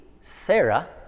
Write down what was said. Sarah